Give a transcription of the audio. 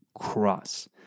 cross